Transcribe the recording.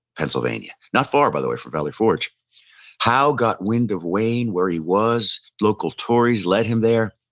pennsylvania, not far, by the way, from valley forge howe got wind of wayne, where he was, local torrys led him there,